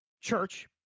church